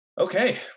Okay